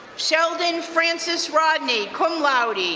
sheldon francis rodney, cum laude,